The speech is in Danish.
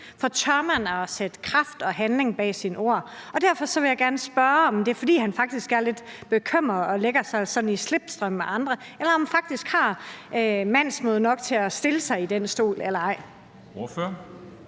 at turde at sætte kraft og handling bag sine ord. Derfor vil jeg gerne spørge, om det er, fordi han faktisk er lidt bekymret og lægger sig i slipstrømmen af andre, eller om han faktisk har mandsmod nok til at sætte sig i den stol eller ej. Kl.